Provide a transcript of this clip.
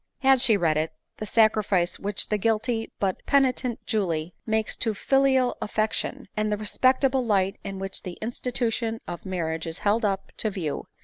had she read it, the sacrifice which the guilty but peni tent julie makes to filial affection, and the respectable light in which the institution of marriage is held up to view,